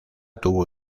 tuvo